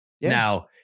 Now